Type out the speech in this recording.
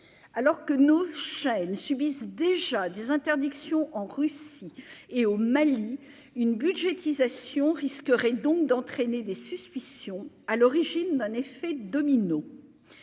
alors que nos chaînes subissent déjà des interdictions en Russie et au Mali une budgétisation risquerait donc d'entraîner des suspicions à l'origine d'un effet domino,